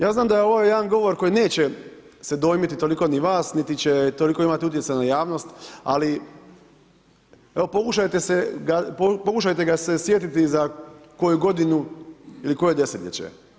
Ja znam da je ovo jedan govor koji neće se dojmiti toliko ni vas niti će toliko imati utjecaja na javnost ali evo pokušajte ga se sjetiti za koju godinu ili koje desetljeće.